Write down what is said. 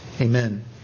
Amen